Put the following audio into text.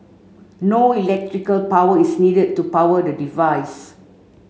no electrical power is needed to power the device